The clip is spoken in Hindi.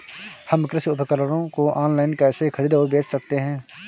हम कृषि उपकरणों को ऑनलाइन कैसे खरीद और बेच सकते हैं?